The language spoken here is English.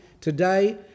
today